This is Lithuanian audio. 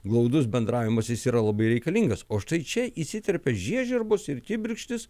glaudus bendravimas yra labai reikalingas o štai čia įsiterpė žiežirbos ir kibirkštys